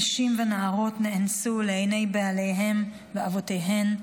נשים ונערות נאנסו לעיני בעליהן ואבותיהן,